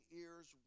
ears